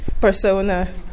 persona